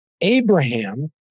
Abraham